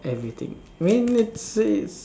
all everything I mean let's say